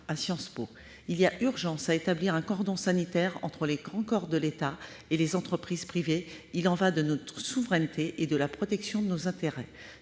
à Sciences Po. Il y a urgence à établir un cordon sanitaire entre les grands corps de l'État et les entreprises privées. Il y va de notre souveraineté et de la protection de nos intérêts.